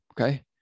okay